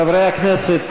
חברי הכנסת,